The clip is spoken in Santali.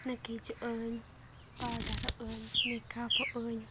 ᱱᱟᱹᱠᱤᱡᱚᱜᱼᱟᱹᱧ ᱯᱟᱣᱰᱟᱨᱚᱜᱼᱟᱹᱧ ᱢᱮᱠᱟᱯᱚᱜᱼᱟᱹᱧ